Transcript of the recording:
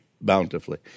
bountifully